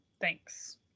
Thanks